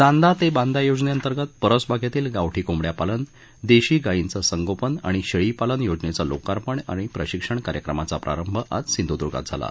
चांदा ते बांदा योजनेअंतर्गत परसबागेतील गावठी कोंबड्या पालन देशी गाईचे संगोपन आणि शेळी पालन योजनेचं लोकार्पण आणि प्रशिक्षण कार्यक्रमाचा प्रारंभ आज सिंधुद्गात झाला